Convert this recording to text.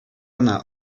ӑна